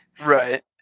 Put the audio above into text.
Right